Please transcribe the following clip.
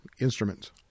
instruments